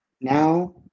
now